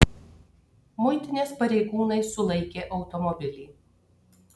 muitinės pareigūnai sulaikė automobilį